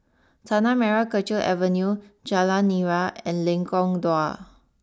Tanah Merah Kechil Avenue Jalan Nira and Lengkong Dua